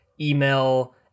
email